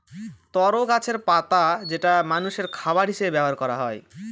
তরো গাছের পাতা যেটা মানষের খাবার হিসেবে ব্যবহার করা হয়